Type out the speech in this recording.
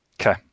Okay